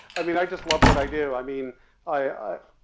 i mean, i just love what i do. i mean i,